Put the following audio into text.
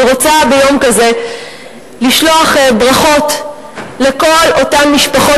אני רוצה ביום כזה לשלוח ברכות לכל אותן משפחות